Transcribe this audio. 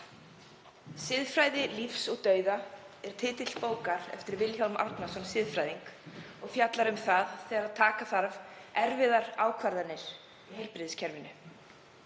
Siðfræði lífs og dauða er titill bókar eftir Vilhjálm Árnason siðfræðing og fjallar um það þegar taka þarf erfiðar ákvarðanir í heilbrigðiskerfinu.